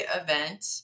event